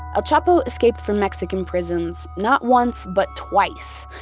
ah chapo escaped from mexican prisons not once but twice,